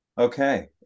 Okay